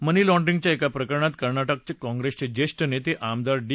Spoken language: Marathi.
मनी लाँड्रींगच्या एका प्रकरणात कर्नाटक काँप्रेसचे ज्येष्ठ नेते आमदार डी